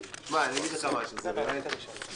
אגיד לך משהו: זה באמת בדיחה,